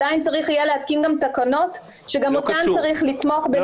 עדיין צריך יהיה להתקין תקנות שאותן יהיה צריך לתמוך בנתונים רפואיים.